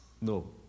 No